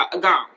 gone